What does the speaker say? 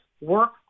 Work